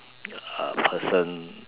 uh person